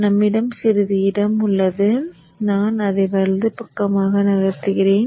நம்மிடம் சிறிது இடம் உள்ளது பின்னர் நான் அதை வலது பக்கமாக நகர்த்துகிறேன்